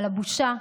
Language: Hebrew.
על הבושה,